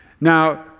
Now